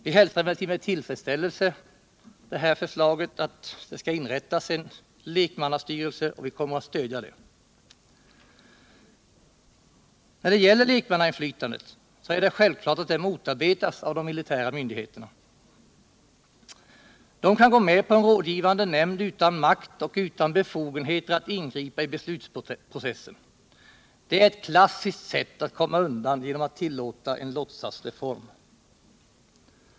Vi hälsar emellertid med tillfredsställelse förslaget att det skall inrättas en lekmannastyrelse, och vi kommer att stödja det. Det är självklart att lekmannainflytandet motarbetas av de militära myndigheterna. De kan gå med på en rådgivande nämnd utan makt och utan befogenheter att ingripa i beslutsprocessen. Det är klassiskt att försöka komma undan genom att tillåta en låtsasreform.